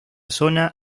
zona